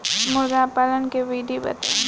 मुर्गीपालन के विधी बताई?